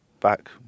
back